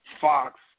Fox